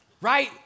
right